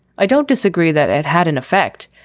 i don't disagree that it had an effect,